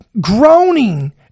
groaning